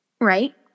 Right